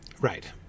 Right